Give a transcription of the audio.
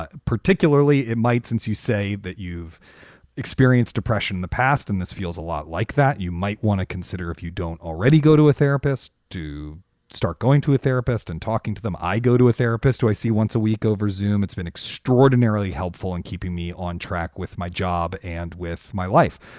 particularly it might. since you say that you've experienced depression in the past and this feels a lot like that, you might want to consider if you don't already go to a therapist to start going to a therapist and talking to them. i go to a therapist who i see once a week over zoome it's been extraordinarily helpful in keeping me on track with my job and with my life.